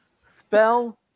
Spell